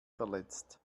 verletzt